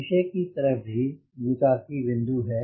पीछे की तरफ भी निकासी बिंदु है